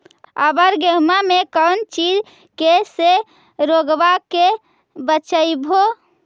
अबर गेहुमा मे कौन चीज के से रोग्बा के बचयभो?